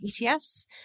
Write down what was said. ETFs